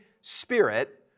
Spirit